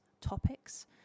topics